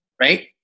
Right